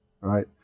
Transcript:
right